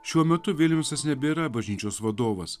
šiuo metu viljamsas nebėra bažnyčios vadovas